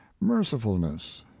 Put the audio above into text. mercifulness